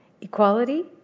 Equality